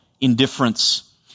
indifference